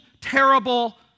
terrible